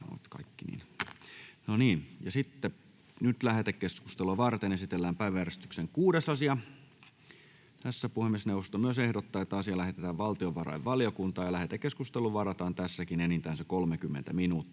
Time: N/A Content: Lähetekeskustelua varten esitellään päiväjärjestyksen 5. asia. Puhemiesneuvosto ehdottaa, että asia lähetetään valtiovarainvaliokuntaan. Lähetekeskusteluun varataan enintään se 30 minuuttia.